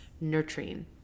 nurturing